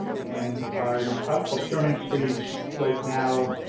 and are in the procurement stage right now,